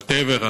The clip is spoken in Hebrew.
whatever,